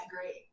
great